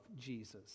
Jesus